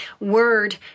word